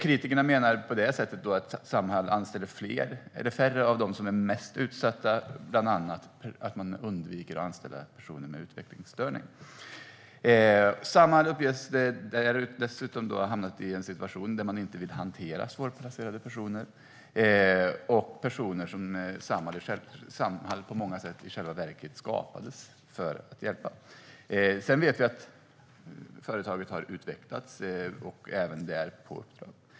Kritikerna menar att Samhall på det sättet anställer färre av dem som är mest utsatta och att det bland annat undviker att anställa personer med utvecklingsstörning. Samhall uppges dessutom ha hamnat i en situation där det inte vill hantera svårplacerade personer och personer som Samhall på många sätt i själva verket skapades för att hjälpa. Sedan vet vi att företaget har utvecklats, och även det på uppdrag.